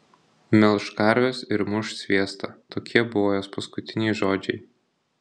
melš karves ir muš sviestą tokie buvo jos paskutiniai žodžiai